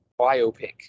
biopic